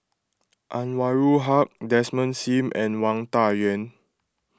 Anwarul Haque Desmond Sim and Wang Dayuan